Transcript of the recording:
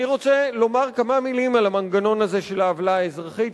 אני רוצה לומר כמה מלים על המנגנון הזה של העוולה האזרחית,